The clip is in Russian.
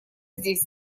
здесь